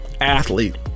athlete